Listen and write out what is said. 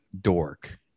dork